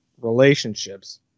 relationships